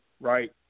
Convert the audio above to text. right